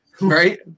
right